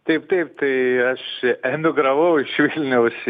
taip taip tai aš emigravau iš vilniaus